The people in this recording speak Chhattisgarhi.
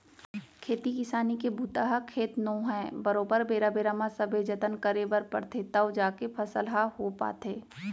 खेती किसानी के बूता ह खेत नो है बरोबर बेरा बेरा म सबे जतन करे बर परथे तव जाके फसल ह हो पाथे